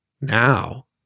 Now